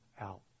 out